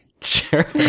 Sure